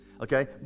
Okay